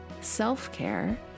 self-care